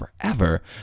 forever